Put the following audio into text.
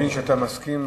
אני מבין שאתה מסכים.